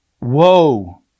Woe